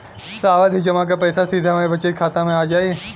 सावधि जमा क पैसा सीधे हमरे बचत खाता मे आ जाई?